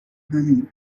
همینه